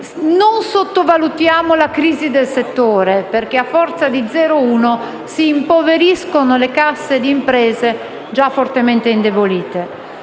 non sottovalutiamo la crisi del settore, perché a forza di 0,1 si impoveriscono le casse di imprese già fortemente indebolite.